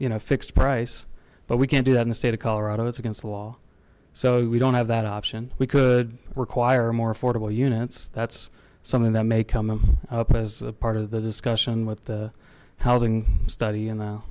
you know a fixed price but we can't do that in the state of colorado that's against the law so we don't have that option we could require more affordable units that's something that may come up as part of the discussion with the housing study